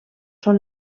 són